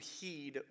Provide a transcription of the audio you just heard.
heed